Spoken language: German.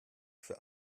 für